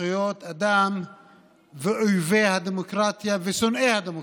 זכויות אדם ואויבי הדמוקרטיה ושונאי הדמוקרטיה.